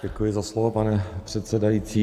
Děkuji za slovo, pane předsedající.